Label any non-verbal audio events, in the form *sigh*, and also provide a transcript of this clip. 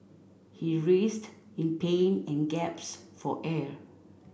he writhed in pain and *unintelligible* for air